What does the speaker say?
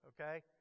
Okay